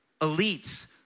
elites